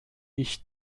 ich